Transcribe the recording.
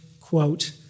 quote